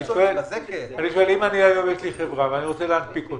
אם יש לי חברה ואני רוצה להנפיק אותה,